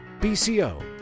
BCO